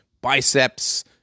biceps